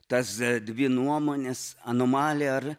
tas dvi nuomones anomalija ar